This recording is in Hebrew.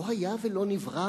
לא היה ולא נברא